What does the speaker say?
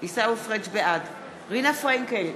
בעד רינה פרנקל,